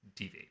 TV